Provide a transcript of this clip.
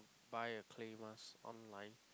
buy a clay mask online